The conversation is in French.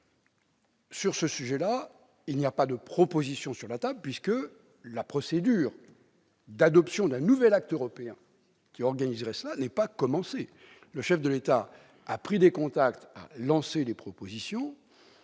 nécessaire. Or il n'y a pas de proposition sur la table, puisque la procédure d'adoption d'un nouvel acte européen n'est pas commencée. Le chef de l'État a pris des contacts, il a lancé des propositions.